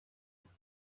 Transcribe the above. its